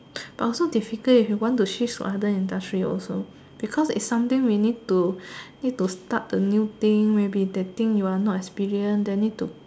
but also difficult if you want to shift to other industry also because is something we need to need to start the new thing maybe the thing you are not experienced then need to